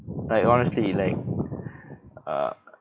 like honestly like uh